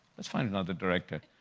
let's find another director.